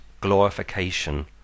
glorification